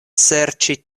serĉi